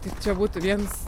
tai čia būtų viens